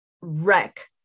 wreck